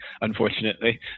unfortunately